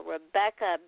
Rebecca